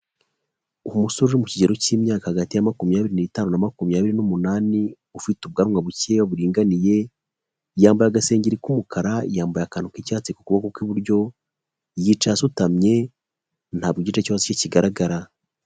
Umusore mu kigero cy'imyaka hagati ya makumyabiri niitanu na makumyabiri n'umunani, ufite ubwanwa bukeya buringaniye, yambaye agasengeri k'umukara, yambaye akantu k'icyatsi ku kuboko kw'iburyo, yicaye asutamye, ntabwo igice cyo hasi cye kigaragara.